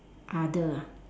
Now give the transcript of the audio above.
other ah